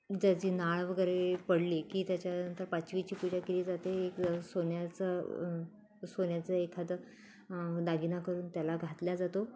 ज्याची नाळ वगैरे पडली की त्याच्यानंतर पाचवीची पूजा केली जाते एक सोन्याचं सोन्याचं एखादं दागिना करून त्याला घातल्या जातो